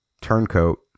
turncoat